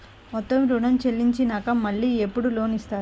మొత్తం ఋణం చెల్లించినాక మళ్ళీ ఎప్పుడు లోన్ ఇస్తారు?